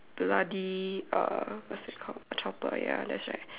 bloody uh what's that called a chopper ya that's right